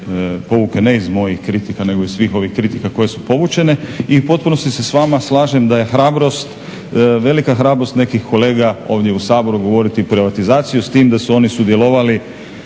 pouke ne iz mojih kritika, nego iz svih ovih kritika koje su povućene. I u potpunosti se s vama slažem da je hrabrost, velika hrabrost nekih kolega ovdje u Saboru govoriti privatizaciju s tim da su oni sudjelovali